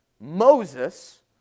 Moses